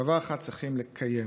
דבר אחד צריך לקיים